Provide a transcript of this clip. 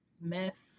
mess